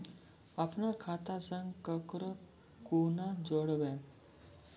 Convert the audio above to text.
अपन खाता संग ककरो कूना जोडवै?